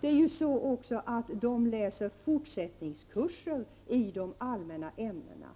Dessutom läser de fortsättningskurser i de allmänna ämnena,